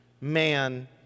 man